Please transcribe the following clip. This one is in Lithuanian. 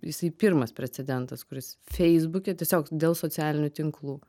jisai pirmas precedentas kuris feisbuke tiesiog dėl socialinių tinklų